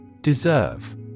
Deserve